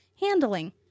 handling